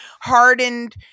hardened